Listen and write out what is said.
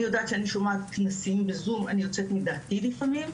אני יודעת שאני שומעת כנסים בזום אני יוצאת מדעתי לפעמים,